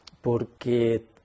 Porque